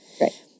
right